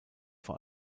vor